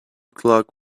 clock